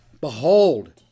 Behold